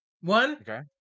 One